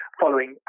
following